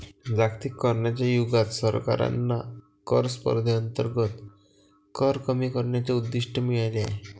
जागतिकीकरणाच्या युगात सरकारांना कर स्पर्धेअंतर्गत कर कमी करण्याचे उद्दिष्ट मिळाले आहे